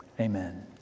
Amen